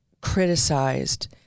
criticized